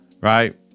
Right